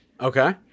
okay